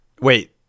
Wait